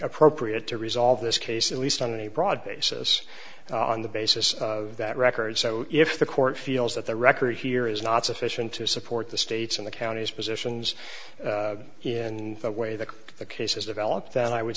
appropriate to resolve this case at least on a broad basis on the basis of that record so if the court feels that the record here is not sufficient to support the states and the counties positions in the way that the cases develop then i would